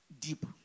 deep